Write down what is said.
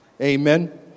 Amen